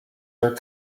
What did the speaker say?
are